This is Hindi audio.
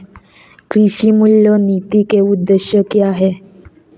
कृषि मूल्य नीति के उद्देश्य क्या है?